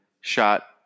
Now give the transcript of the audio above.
shot